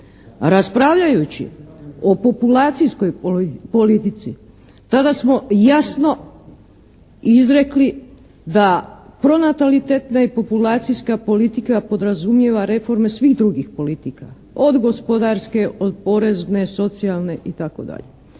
Raspravljajući o populacijskoj politici tada smo jasno izrekli da pronatalitetna i populacijska politika podrazumijeva reforme svih drugih politika. Od gospodarske, od porezne, socijalne, itd.